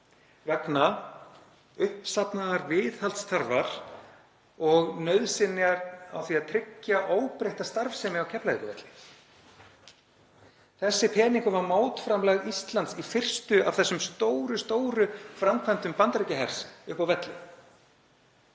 vegna uppsafnaðrar viðhaldsþarfar og nauðsynjar á því að tryggja óbreytta starfsemi á Keflavíkurvelli. Þessi peningur var mótframlag Íslands í fyrstu af þessum stóru framkvæmdum Bandaríkjahers uppi á velli;